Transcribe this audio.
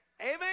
Amen